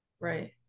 right